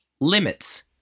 limits